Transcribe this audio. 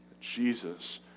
Jesus